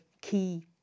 key